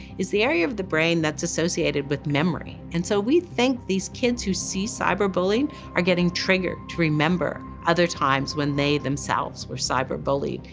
is the area of the brain that's associated with memory. and so, we think these kids who see cyberbullying are getting triggered to remember other times when they themselves were cyberbullied.